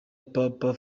papa